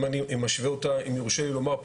אם אני משווה אותה אם יורשה לי לומר,